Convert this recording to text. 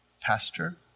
Pastor